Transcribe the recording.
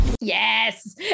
yes